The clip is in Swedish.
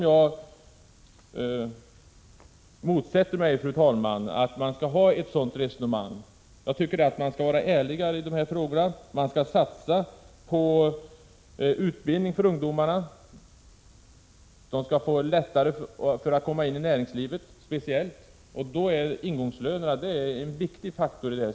Jag motsätter mig, fru talman, sådana resonemang. Man bör vara ärligare i de här frågorna. Man skall satsa på utbildning för ungdomarna. Ungdomarna bör lättare komma in i speciellt näringslivet. Och då är ingångslönerna en viktig faktor.